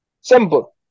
Simple